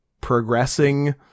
progressing